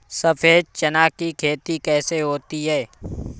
सफेद चना की खेती कैसे होती है?